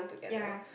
ya